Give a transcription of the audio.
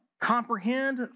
comprehend